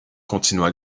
continua